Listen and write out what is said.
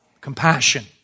Compassion